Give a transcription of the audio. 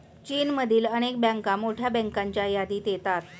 चीनमधील अनेक बँका मोठ्या बँकांच्या यादीत येतात